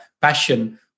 passion